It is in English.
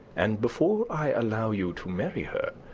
and before i allow you to marry her,